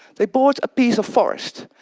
they bought a piece of forest,